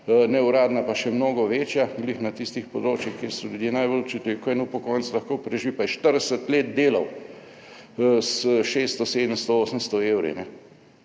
neuradna pa še mnogo večja, glih na tistih področjih, kjer so ljudje najbolj občutili, ko en upokojenec lahko preživi pa je 40 let delal s 600, 700, 800 evri,